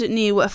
new